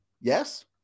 Yes